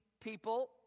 people